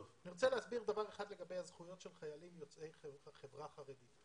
אני רוצה להסביר דבר אחד לגבי הזכויות של חיילים יוצאי החברה החרדית.